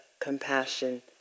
compassion